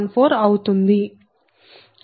14 అవుతుంది